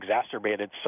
exacerbated